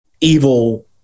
evil